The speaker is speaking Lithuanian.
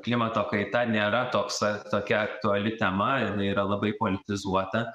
klimato kaita nėra toksa tokia aktuali tema jinai yra labai politizuota